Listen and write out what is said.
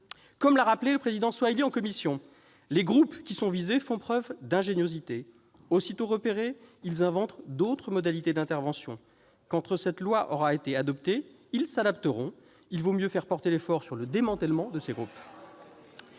Comme l'a rappelé notre collègue Thani Mohamed Soilihi en commission :« Les groupes qui sont visés font preuve d'ingéniosité : aussitôt repérés, ils inventent d'autres modalités d'intervention. Quand cette loi aura été adoptée, ils s'adapteront. Il vaut mieux faire porter l'effort sur le démantèlement de ces groupes.